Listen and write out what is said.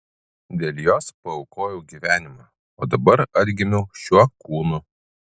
dėl jos paaukojau gyvenimą o dabar atgimiau šiuo kūnu